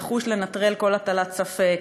נחוש לנטרל כל הטלת ספק.